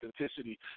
authenticity